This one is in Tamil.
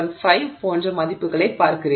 5 போன்ற மதிப்புகளைப் பார்க்கிறீர்கள்